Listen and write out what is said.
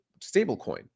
stablecoin